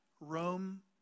Rome